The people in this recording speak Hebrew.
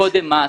לאומית?